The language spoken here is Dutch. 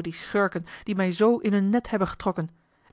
die schurken die mij zoo in hun net hebben getrokken